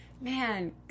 man